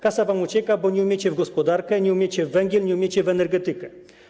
Kasa wam ucieka, bo nie umiecie w gospodarkę, nie umiecie w węgiel, nie umiecie w energetykę.